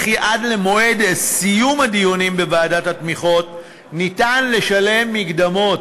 וכי עד למועד סיום הדיונים בוועדת התמיכות ניתן לשלם מקדמות,